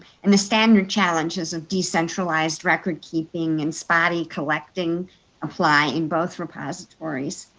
and the standard challenge is of decentralized record keeping and spotty collecting apply in both repositories.